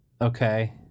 Okay